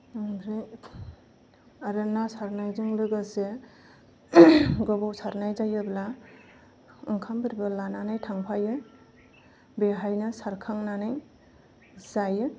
ओमफ्राय आरो ना सारनायजों लोगोसे गोबाव सारनाय जायोब्ला ओंखामफोरबो लानानै थांफायो बेहायनो सारखांनानै जायो